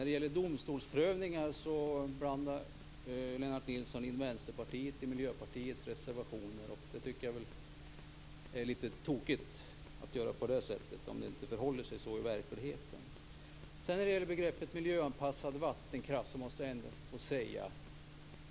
I frågan om domstolsprövningar blandar Lennart Det är litet tokigt att göra så när det inte förhåller sig så i verkligheten. Sedan var det begreppet "miljöanpassad vattenkraft".